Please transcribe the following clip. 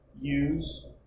use